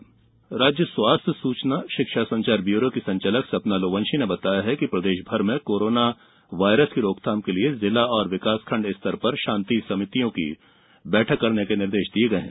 corona राज्य स्वास्थ्य सूचना शिक्षा संचार ब्यूरो की संचालक सपना लोवंशी ने बताया है कि प्रदेश भर में कोरोना वायरस की रोकथाम के लिये जिला और विकास खंड स्तर पर शांति समितियों की बैठक करने के निर्देश दिये गये हैं